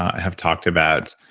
have talked about